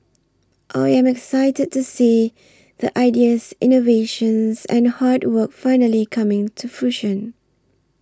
I am excited to see the ideas innovations and hard work finally coming to fruition